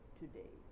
today